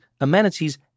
amenities